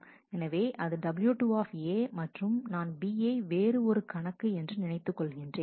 எனவே அது W2 மற்றும் நான் B யை வேறு ஒரு கணக்கு என்று நினைத்துக் கொள்கிறேன்